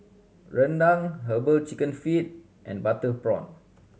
rendang Herbal Chicken Feet and butter prawn